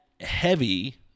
heavy